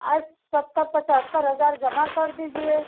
आज सत्तर पचहतर हजार जमा कर दीजिए